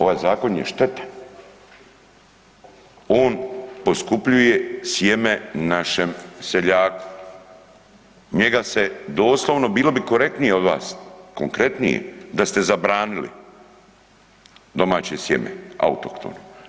Ovaj zakon je štetan, on poskupljuje sjeme našem seljaku, njega se doslovno, bilo bi korektnije od vas konkretnije da ste zabranili domaće sjeme autohtono.